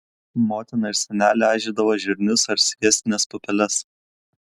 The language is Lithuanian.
motina ir senelė aižydavo žirnius ar sviestines pupeles